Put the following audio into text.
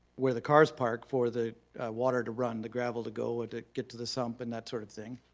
where the cars park for the water to run, the gravel to go ah to get to the sump and that sort of thing.